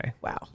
Wow